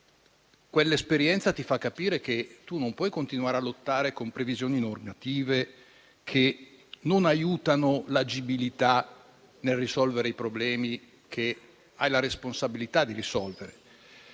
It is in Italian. quell'esperienza fa capire che non si può continuare a lottare con previsioni normative che non aiutano l'agibilità nel risolvere i problemi che si ha la responsabilità di risolvere.